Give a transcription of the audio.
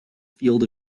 field